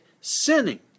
sinning